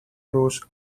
luz